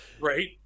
Right